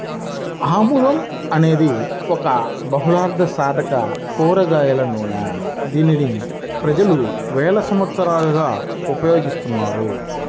ఆముదం అనేది ఒక బహుళార్ధసాధక కూరగాయల నూనె, దీనిని ప్రజలు వేల సంవత్సరాలుగా ఉపయోగిస్తున్నారు